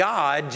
God